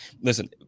listen